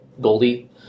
Goldie